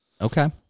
Okay